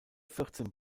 vierzehn